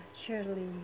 surely